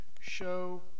show